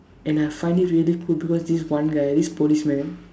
and I found it really cool because this one guy this policeman